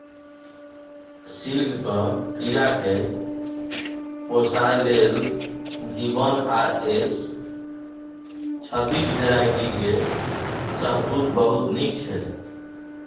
सिल्कक कीराकेँ पोसय लेल भी वन आ एस छत्तीस भेराइटी केर शहतुत बहुत नीक छै